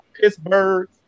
Pittsburgh